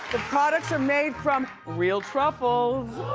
products are made from real truffles.